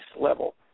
level